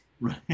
Right